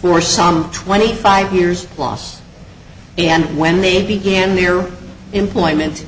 for some twenty five years lost and when they began their employment